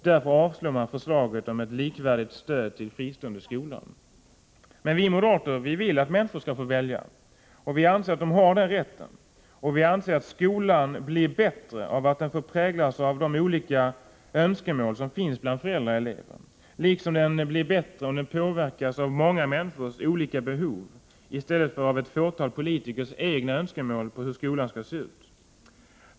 Därför avstyrker man förslaget om ett likvärdigt stöd till fristående skolor. Men vi moderater vill att människor skall få välja, och vi anser att de har den rätten. Vi anser att skolan blir bättre av att den får präglas av de olika önskemål som finns bland föräldrar och elever liksom den blir bättre om den påverkas av många människors olika behov i stället för av ett fåtal olika politikers egna önskemål om hur skolan skall se ut.